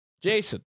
Jason